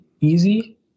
easy